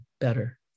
better